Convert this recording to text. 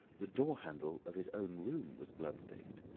the door-handle of his own room was blood-stained.